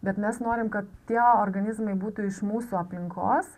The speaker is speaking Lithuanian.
bet mes norim kad tie organizmai būtų iš mūsų aplinkos